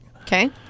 Okay